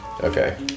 Okay